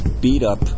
beat-up